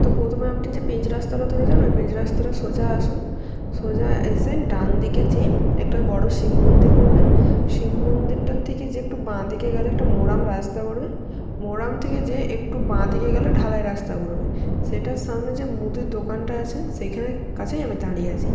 তো প্রথমে আপনি যে পিচ রাস্তাটা ধরেছেন ওই পিচ রাস্তাটা সোজা আসুন সোজা এসে ডান দিকে যেয়ে একটা বড়ো শিব মন্দির পড়বে শিব মন্দিরটার থেকে যে একটু বা দিকে গেলে একটা মোরাম রাস্তা পড়বে মোরাম থেকে গিয়ে একটু বা দিকে গেলে ঢালাই রাস্তা পড়বে সেটার সামনে যে মুদি দোকানটা আছে সেইখানে কাছেই আমি দাঁড়িয়ে আছি